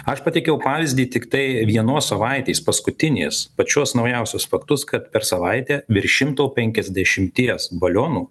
aš pateikiau pavyzdį tiktai vienos savaitės paskutinės pačios naujausios faktus kad per savaitę virš šimto penkiasdešimties balionų